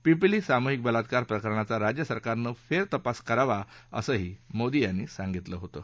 पिपिली सामूहिक बलात्कार प्रकरणाचा राज्य सरकारनं फेरतपास करावा असं मोदी यांनी सांगितलं होतं